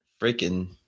freaking